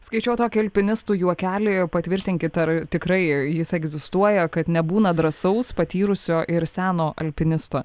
skaičiau tokį alpinistų juokelį patvirtinkit ar tikrai jis egzistuoja kad nebūna drąsaus patyrusio ir seno alpinisto